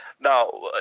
Now